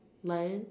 lion